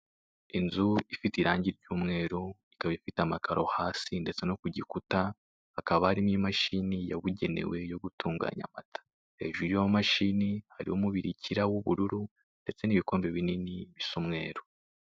Inzu ifite irange ry' umweru ikaba ifite amakaro hasi ndetse no ku gikuta hakaba hari n'imashini yabugenewe yo gutunganya amata, hejuru yiyi mashini hariho umubirikira w' ubururu ndetse n' ibikombe binini bisa umweru.